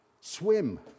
Swim